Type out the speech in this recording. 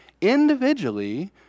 individually